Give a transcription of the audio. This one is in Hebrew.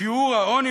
שיעור העוני